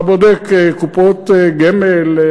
כשאתה בודק קופות גמל,